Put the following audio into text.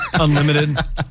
Unlimited